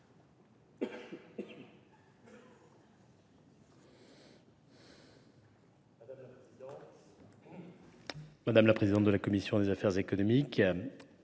madame la présidente de la commission des affaires économiques,